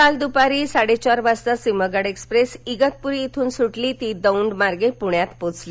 काल दुपारी साडेचार वाजता सिंहगड एक्सप्रेस इगतपूरी येथून सुटली ती दौंड मार्गे प्रण्यात पोहचली